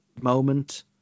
moment